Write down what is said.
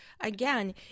again